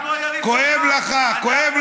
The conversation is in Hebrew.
כואב לך.